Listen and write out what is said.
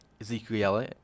Ezekiel